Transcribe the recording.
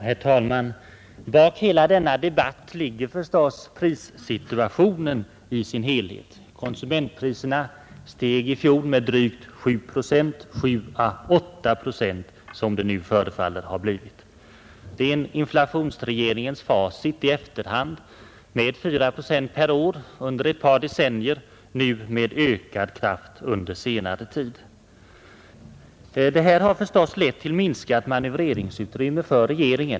Herr talman! Bakom hela denna debatt ligger prissituationen i dess helhet. Konsumentpriserna steg i fjol med 7 procent — eller kanske 8 procent, som det nu förefaller. Inflationsregeringens facit i efterhand är alltså en prisstegring med 4 procent per år under ett par decennier, och under senare tid med ökad kraft. Detta har lett till minskat manövreringsutrymme för regeringen.